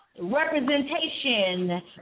Representation